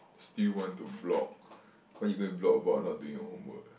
still want to blog why you go and blog about not doing your homework ah